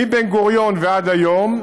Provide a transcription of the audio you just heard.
מבן-גוריון ועד היום,